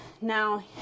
Now